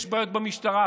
יש בעיות במשטרה,